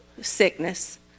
sickness